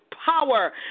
power